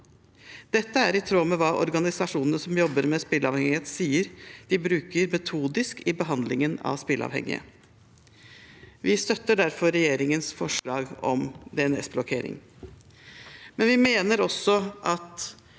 Dette er i tråd med hva organisasjonene som jobber med spilleavhengighet, sier at de bruker metodisk i behandlingen av spilleavhengige. Vi støtter derfor regjeringens forslag om DNS-blokkering, men vi mener også at